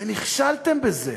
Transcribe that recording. ונכשלתם בזה.